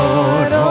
Lord